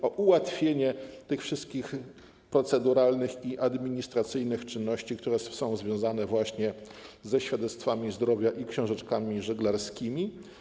To ułatwienie w przypadku tych wszystkich proceduralnych i administracyjnych czynności, które są związane ze świadectwami zdrowia i książeczkami żeglarskimi.